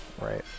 right